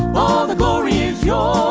the glory is